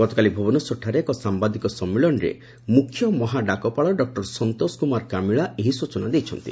ଗତକାଲି ଭୁବନେଶ୍ୱରଠାରେ ଏକ ସାମ୍ଘାଦିକ ସମ୍ମିଳନୀରେ ମୁଖ୍ୟ ମହା ଡାକପାଳ ଡକ୍ଟର ସନ୍ତୋଷ କୁମାର କାମିଳା ଏହି ସୂଚନା ଦେଇଛନ୍ତି